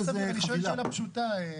אני שואל שאלה פשוטה,